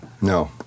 No